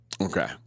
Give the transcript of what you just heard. Okay